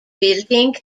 building